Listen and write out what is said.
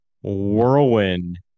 whirlwind